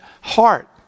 heart